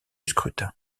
scrutin